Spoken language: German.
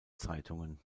zeitungen